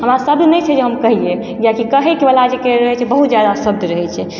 हमरा शब्द नहि छै जे हम कहियै किएकि कहै वला जे रहै छै बहुत जादा शब्द रहै छै